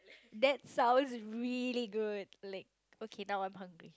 that sounds really good leg okay now I'm hungry